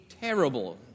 terrible